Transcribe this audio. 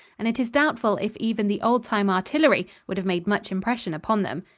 and it is doubtful if even the old-time artillery would have made much impression upon them.